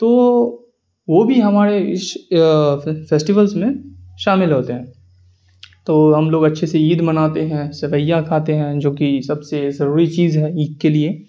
تو وہ بھی ہمارے اش فیسٹولس میں شامل ہوتے ہیں تو ہم لوگ اچھے سے عید مناتے ہیں سویاں کھاتے ہیں جو کہ سب سے ضروری چیز ہے عید کے لیے